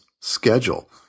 schedule